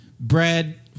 bread